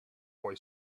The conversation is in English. boy